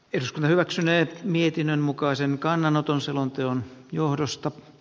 eduskunta hyväksynee mietinnön mukaisen kannanoton selonteon johdosta